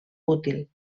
útil